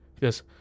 Yes